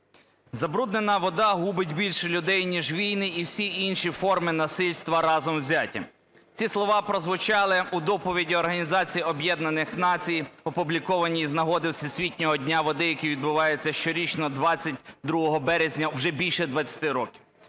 "Забруднена вода губить більше людей, ніж війни і всі інші форми насильства разом взяті", - ці слова прозвучали у доповіді Організації Об'єднаних Націй, опубліковані з нагоди Всесвітнього дня води, який відбувається щорічно 22 березня вже більше 20 років.